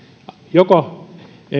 joko